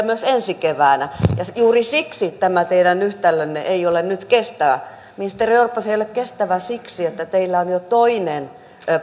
myös ensi keväänä juuri siksi tämä teidän yhtälönne ei ole nyt kestävä ministeri orpo se ei ole kestävä siksi että teillä on jo toinen